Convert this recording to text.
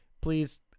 please